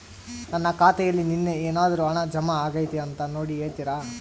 ನನ್ನ ಖಾತೆಯಲ್ಲಿ ನಿನ್ನೆ ಏನಾದರೂ ಹಣ ಜಮಾ ಆಗೈತಾ ಅಂತ ನೋಡಿ ಹೇಳ್ತೇರಾ?